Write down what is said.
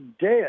dead